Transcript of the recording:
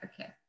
okay